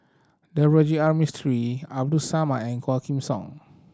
Navroji R Mistri Abdul Samad and Quah Kim Song